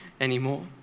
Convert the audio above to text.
anymore